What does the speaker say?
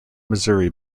missouri